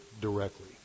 directly